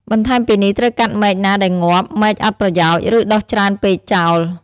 បន្ថែមពីនេះត្រូវកាត់មែកណាដែលងាប់ មែកអត់ប្រយោជន៍ ឬដុះច្រើនពេកចោល។